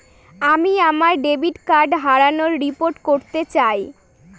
আমি আমার debit card হারানোর রিপোর্ট করতে চাই